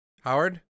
howard